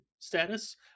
status